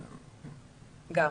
גם.